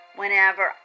whenever